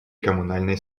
коммунальной